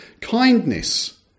kindness